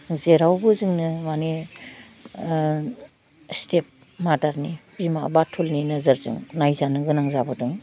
जेरावबो जोंनो माने ओह स्टेब मादारनि बिमा बाथुलनि नोजोरजों नायजानो गोनां जाबोदों